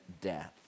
death